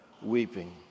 weeping